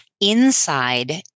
Inside